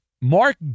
Mark